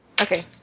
Okay